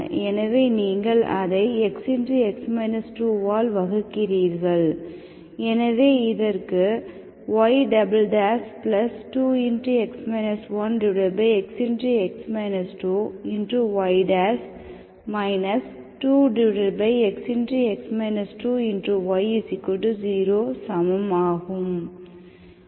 எனவே நீங்கள் அதை x ஆல் வகுக்கிறீர்கள் எனவே இதற்கு y2xy 2x y0சமம் ஆகும்